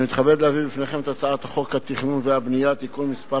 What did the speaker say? אני מתכבד להביא בפניכם את הצעת חוק התכנון והבנייה (תיקון מס'